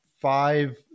five